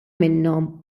minnhom